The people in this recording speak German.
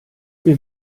wir